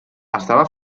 estava